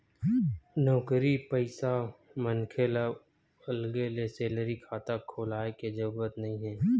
नउकरी पइसा मनखे ल अलगे ले सेलरी खाता खोलाय के जरूरत नइ हे